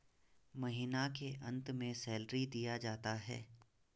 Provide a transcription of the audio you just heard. महीना के अंत में सैलरी दिया जाता है